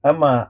Ama